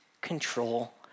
control